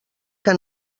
que